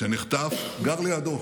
שנחטף, גר לידו